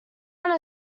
one